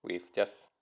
with just